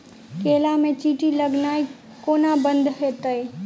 केला मे चींटी लगनाइ कोना बंद हेतइ?